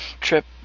trip